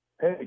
Hey